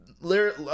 lyric